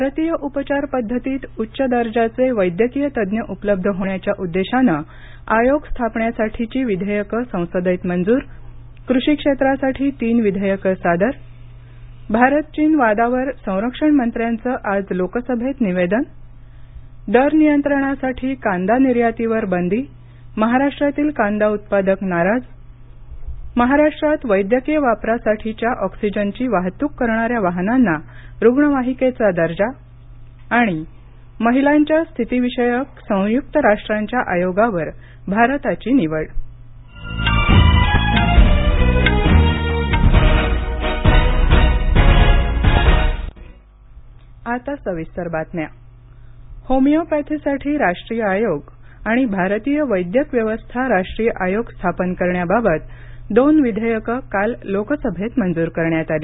भारतीय उपचार पद्धतीत उच्च दर्जाचे वैद्यकीय तज्ज्ञ उपलब्ध होण्याच्या उद्देशाने आयोग स्थापण्यासाठी विधेयके संसदेत मंजूर कृषी क्षेत्रासाठी तीन विधेयकं सादर भारत चीन वादावर संरक्षण मंत्र्यांचं आज लोकसभेत निवेदन दर नियंत्रणासाठी कांदा निर्यातीवर बंदी महाराष्ट्रातील कांदा उत्पादक नाराज महाराष्ट्रात वैद्यकीय वापरासाठीच्या ऑक्सीजनची वाहतूक करणाऱ्या वाहनांना रुग्णवाहिकेचा दर्जा आणि महिलांच्या स्थितीविषयक संयुक्त राष्ट्रांच्या आयोगावर भारताची निवड संसद अधिवेशन होमिओपॅथीसाठी राष्ट्रीय आयोग आणि भारतीय वैद्यक व्यवस्था राष्ट्रीय आयोग स्थापन करण्याबाबत दोन विधेयकही काल लोकसभेत मंजूर करण्यात आली